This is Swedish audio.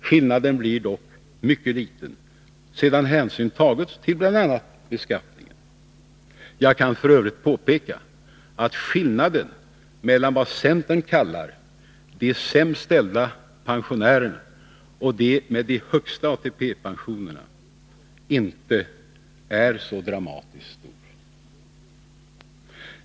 Skillnaden blir dock mycket liten sedan hänsyn tagits till bl.a. beskattningen. Jag kan f. ö. påpeka att skillnaden mellan det centern kallar de sämst ställda pensionärerna och de med de högsta ATP-pensionerna inte är så dramatiskt stor.